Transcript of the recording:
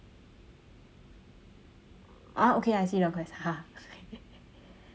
ah okay I see le quest